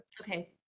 okay